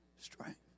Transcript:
strength